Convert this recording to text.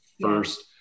first